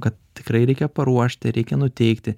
kad tikrai reikia paruošti reikia nuteikti